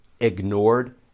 ignored